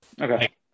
Okay